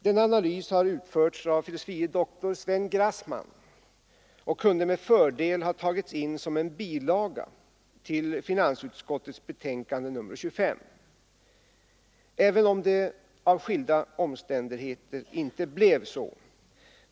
Denna analys har utförts av fil. dr Sven Grassman och kunde med fördel ha tagits in som en bilaga till finansutskottets betänkande nr 25, även om det av skilda omständigheter inte blev så.